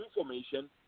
information